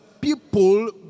people